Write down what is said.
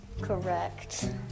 Correct